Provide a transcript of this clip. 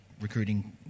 recruiting